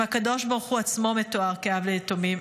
אם הקב"ה מתואר כאב ליתומים,